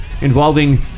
involving